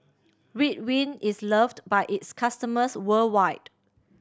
Ridwind is loved by its customers worldwide